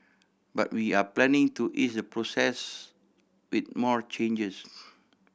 but we are planning to ease the process with more changes